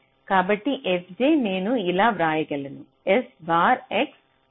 కాబట్టి fj నేను ఇలా వ్రాయగలను s bar x plus s y